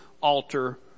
alter